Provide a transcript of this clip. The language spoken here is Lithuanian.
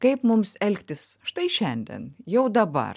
kaip mums elgtis štai šiandien jau dabar